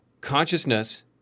consciousness